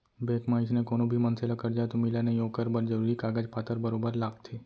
bank म अइसने कोनो भी मनसे ल करजा तो मिलय नई ओकर बर जरूरी कागज पातर बरोबर लागथे